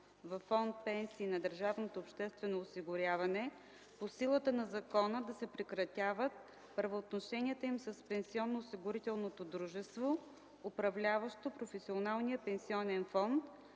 във Фонд „Пенсии” на държавното обществено осигуряване по силата на закона да се прекратяват правоотношенията им с пенсионно осигурителното дружество, управляващо професионалния пенсионен фонд,